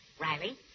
Riley